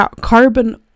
carbon